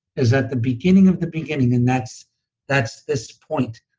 is that the beginning of the beginning, and that's that's this point.